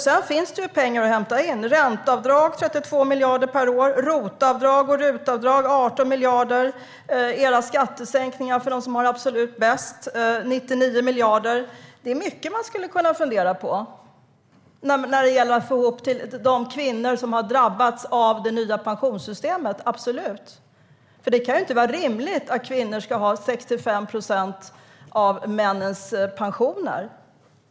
Det finns pengar att hämta in: Ränteavdrag 32 miljarder per år, ROT-avdrag och RUT-avdrag 18 miljarder, skattesänkningar för dem som har det absolut bäst 99 miljarder. Det är mycket som man kan fundera över när det gäller att få ihop till de kvinnor som har drabbats av det nya pensionssystemet. Det kan inte vara rimligt att kvinnor ska ha en pensionsnivå som är 65 procent av männens pensionsnivåer.